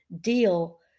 deal